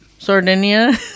Sardinia